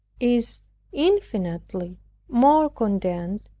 is infinitely more content,